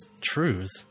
truth